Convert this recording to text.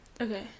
Okay